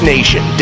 Nation